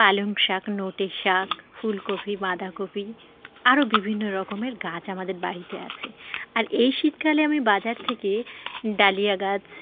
পালং শাক নোটে শাক ফুলকপি বাঁধা কপি আরো বিভিন্ন রকমের গাছ আমাদের বাড়িতে আছে আর এই শীতকালে আমি বাজার থেকে ডালিয়া গাছ